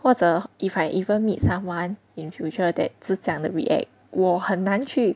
或者 if I even meet someone in future that 是假的 react 我很难去